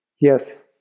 Yes